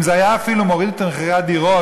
אם זה היה אפילו מוריד את מחירי הדירות,